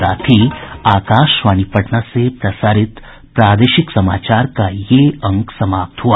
इसके साथ ही आकाशवाणी पटना से प्रसारित प्रादेशिक समाचार का ये अंक समाप्त हुआ